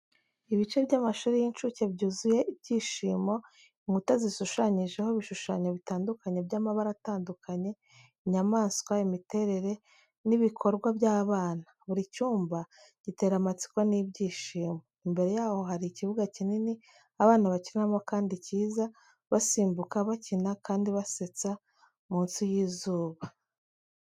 Ibice by’amashuri y’incuke byuzuye ibyishimo, inkuta zishushanyijeho ibishushanyo bitandukanye by’amabara atandukanye, inyamaswa, imiterere, n’ibikorwa by’abana. Buri cyumba gitera amatsiko n’ibyishimo. Imbere yaho hari ikibuga kinini abana bakiniramo kandi cyiza, basimbuka, bakina, kandi basetsa munsi y’izuba.